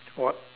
what